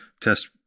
test